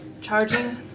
Charging